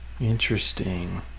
Interesting